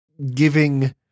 giving